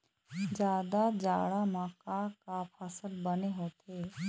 जादा जाड़ा म का का फसल बने होथे?